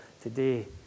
today